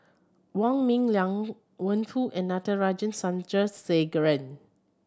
Wong Ming Liang Wenfu and Natarajan Chandrasekaran